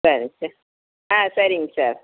சரி சார் ஆ சரிங்க சார்